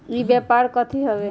ई व्यापार कथी हव?